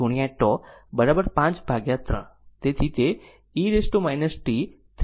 તેથી 100 10 53તેથી તે e t 3 t5